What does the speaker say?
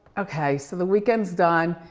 okay, so the weekend's done.